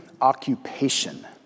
occupation